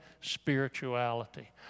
spirituality